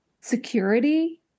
security